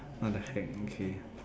what the heck okay